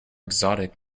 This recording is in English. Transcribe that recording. exotic